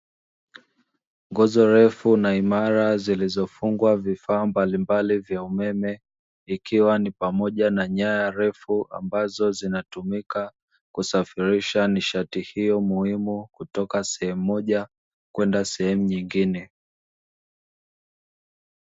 Nguzo refu na imara zilizofungwa vifaa mbalimbali vya umeme, ikiwa ni pamoja na nyaya refu ambazo zinatumika kusafirisha nishati hiyo muhimu, kutoka sehemu moja kwenda sehemu nyingine.